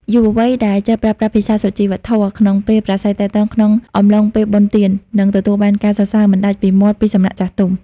យុវវ័យដែលចេះប្រើប្រាស់ "ភាសាសុជីវធម៌" ក្នុងពេលប្រាស្រ័យទាក់ទងគ្នាអំឡុងពេលបុណ្យទាន នឹងទទួលបានការសរសើរមិនដាច់ពីមាត់ពីសំណាក់ចាស់ទុំ។